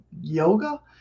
Yoga